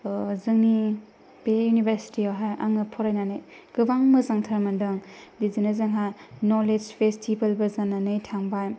जोनि बे इउनिभारचिटियावहाय आङो फरायनानै गोबां मोजांथार मोनदों बिदिनो जोंहा नलेज फेसथिभेलबो जानानै थांबाय